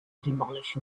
demolish